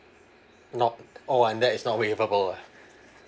not oh and that is not waiverable ah